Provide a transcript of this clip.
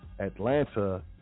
Atlanta